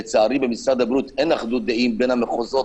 לצערי במשרד הבריאות אין אחדות דעים בין המחוזות.